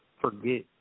forget